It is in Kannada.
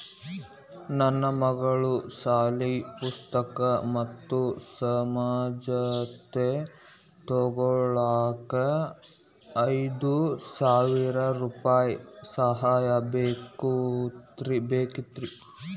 ನನ್ನ ಮಗಳ ಸಾಲಿ ಪುಸ್ತಕ್ ಮತ್ತ ಸಮವಸ್ತ್ರ ತೊಗೋಳಾಕ್ ಐದು ಸಾವಿರ ರೂಪಾಯಿ ಸಾಲ ಬೇಕಾಗೈತ್ರಿ